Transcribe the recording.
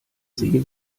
sie